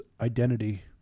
identity